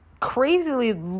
crazily